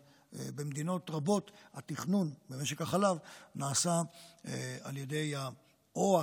ובמדינות רבות התכנון במשק החלב נעשה על ידי החקלאים,